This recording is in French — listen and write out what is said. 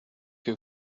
que